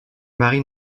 mari